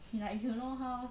like if you know how